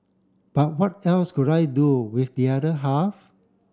but what else could I do with the other half